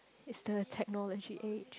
it's the technology age